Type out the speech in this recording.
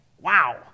Wow